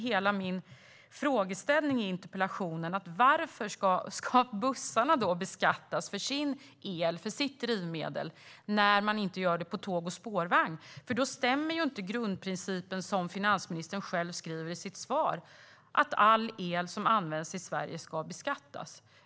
Hela min frågeställning i interpellationen är varför bussarna ska beskattas för sitt drivmedel men inte tåg och spårvagn, för då stämmer ju inte grundprincipen i finansministerns svar, att all el som används i Sverige ska beskattas.